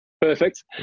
Perfect